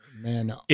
man